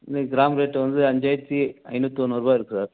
இன்றைக்கி gram rate வந்து அஞ்சாயிரத்தி ஐந்நூற்று தொண்ணூறுபா இருக்குது சார்